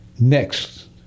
next